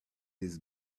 his